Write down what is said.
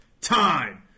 Time